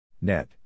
Net